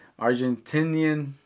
Argentinian